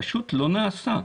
פשוט לא נעשה.